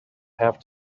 have